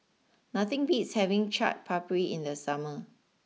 nothing beats having Chaat Papri in the summer